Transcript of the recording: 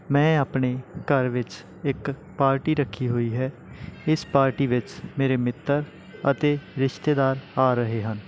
ਮੈਂ ਆਪਣੇ ਘਰ ਵਿੱਚ ਇੱਕ ਪਾਰਟੀ ਰੱਖੀ ਹੋਈ ਹੈ ਇਸ ਪਾਰਟੀ ਵਿੱਚ ਮੇਰੇ ਮਿੱਤਰ ਅਤੇ ਰਿਸ਼ਤੇਦਾਰ ਆ ਰਹੇ ਹਨ